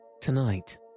Tonight